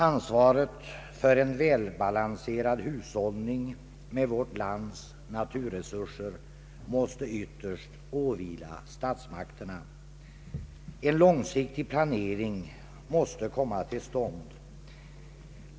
Ansvaret för en välbalanserad hushållning med vårt lands naturresurser måste ytterst åvila statsmakterna. En långsiktig planering måste komma till stånd.